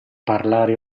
parlare